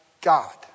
God